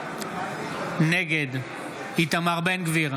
נגד איתמר בן גביר,